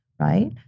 right